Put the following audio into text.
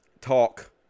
talk